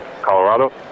Colorado